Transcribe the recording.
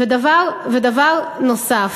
דבר נוסף.